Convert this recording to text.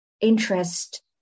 interest